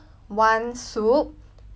and one side dish